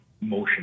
motion